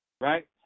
Right